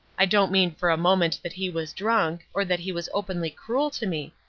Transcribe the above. i don't mean for a moment that he was drunk, or that he was openly cruel to me.